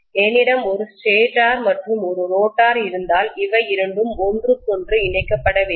என்னிடம் ஒரு ஸ்டேட்டர் மற்றும் ஒரு ரோட்டார் இருந்தால் அவை இரண்டும் ஒன்றுக்கொன்று இணைக்கப்பட வேண்டும்